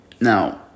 Now